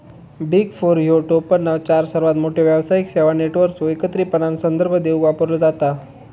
big four ह्यो टोपणनाव चार सर्वात मोठ्यो व्यावसायिक सेवा नेटवर्कचो एकत्रितपणान संदर्भ देवूक वापरलो जाता